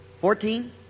Fourteen